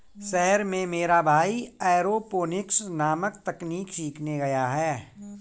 शहर में मेरा भाई एरोपोनिक्स नामक तकनीक सीखने गया है